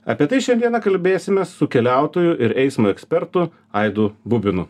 apie tai šiandieną kalbėsime su keliautoju ir eismo ekspertu aidu bubinu